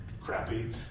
crappy